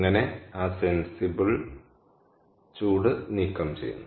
അങ്ങനെ ആ സെൻസിബിൾ ചൂട് നീക്കം ചെയ്യുന്നു